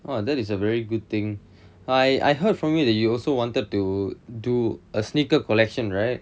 !wah! that is a very good thing I I heard from you that you also wanted to do a sneaker collection right